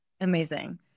Amazing